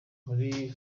muri